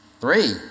three